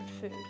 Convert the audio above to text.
food